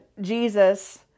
Jesus